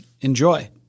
enjoy